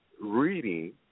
reading